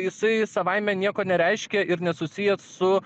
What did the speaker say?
jisai savaime nieko nereiškia ir nesusijęs su